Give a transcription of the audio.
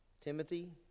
Timothy